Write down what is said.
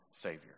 Savior